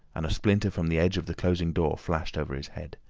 and a splinter from the edge of the closing door flashed over his head.